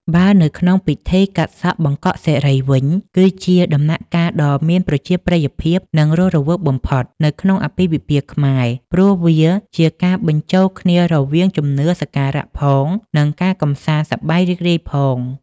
បើនៅក្នុងពិធីកាត់សក់បង្កក់សិរីវិញ គឺជាដំណាក់កាលដ៏មានប្រជាប្រិយភាព និងរស់រវើកបំផុតនៅក្នុងអាពាហ៍ពិពាហ៍ខ្មែរ ព្រោះវាជាការបញ្ចូលគ្នារវាងជំនឿសក្ការៈផង និងការកម្សាន្តសប្បាយរីករាយផង។